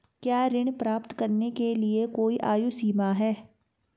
क्या ऋण प्राप्त करने के लिए कोई आयु सीमा है?